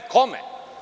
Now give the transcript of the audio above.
Kome?